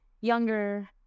younger